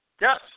Yes